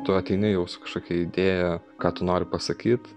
tu ateini jau su kažkokia idėja ką tu nori pasakyt